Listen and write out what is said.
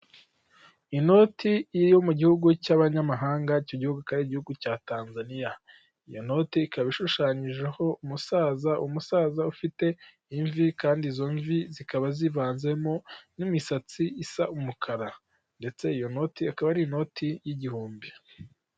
Inoti iyo mu gihugu cy'abanyamahanga, icyo gihugu akaba ari igihugu cya Tanzania. Iyo noti ikaba ishushanyijeho umusaza, umusaza ufite imvi, kandi izo mvi zikaba zivanzemo n'imisatsi isa umukara ndetse iyo noti ikaba ari inoti y'igihumbi.